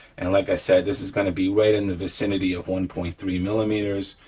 and like i said, this is gonna be right in the vicinity of one point three millimeters,